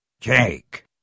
Jake